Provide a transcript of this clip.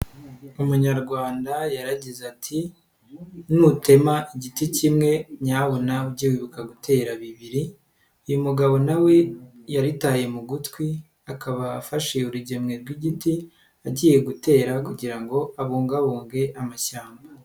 Umunyarwanda yaragize ati:" nutema igiti kimwe nyabuna ujye wibuka gutera bibiri," uyu mugabo na we yaritaye mu gutwi, akaba afashe urugemwe rw'igiti, agiye gutera kugira ngo abungabunge amashyamba.